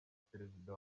perezida